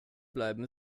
bleiben